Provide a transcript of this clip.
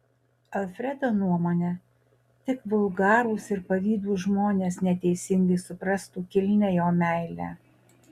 alfredo nuomone tik vulgarūs ir pavydūs žmonės neteisingai suprastų kilnią jo meilę